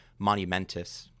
monumentous